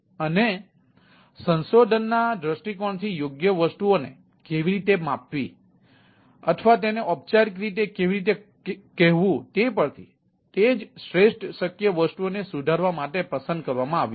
અને સંશોધનના દૃષ્ટિકોણથી યોગ્ય વસ્તુઓને કેવી રીતે માપવી અથવા તેને ઔપચારિક રીતે કેવી રીતે કહેવું તે પરથી તે જ શ્રેષ્ઠ શક્ય વસ્તુઓને સુધારવા માટે પસંદ કરવામાં આવ્યું છે